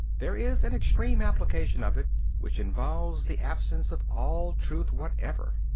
there is an extreme application of it which involves the absence of all truth whatever.